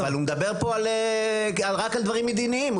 אבל הוא מדבר פה רק על דברים מדיניים,